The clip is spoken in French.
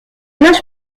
âge